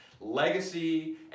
Legacy